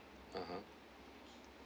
(uh huh)